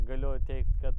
galiu teigt kad